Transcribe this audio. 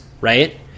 right